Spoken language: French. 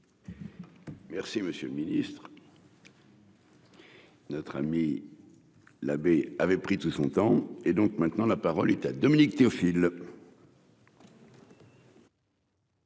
Merci, monsieur le Ministre. Notre ami l'abbé avait pris tout son temps et donc maintenant la parole est à Dominique Théophile.